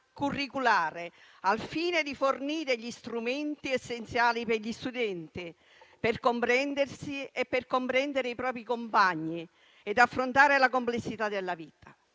curriculare al fine di fornire gli strumenti essenziali per gli studenti per comprendersi e per comprendere i propri compagni ed affrontare la complessità della vita.